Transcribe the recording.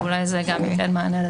ואולי גם זה ייתן מענה.